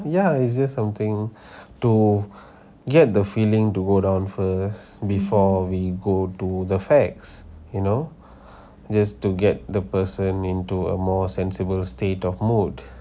ya it's just something to get the feeling to go down first before we go to the facts you know just to get the person into a more sensible state of mode